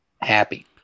happy